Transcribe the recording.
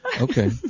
Okay